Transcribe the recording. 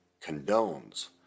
condones